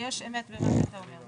אמת במה שאתה אומר.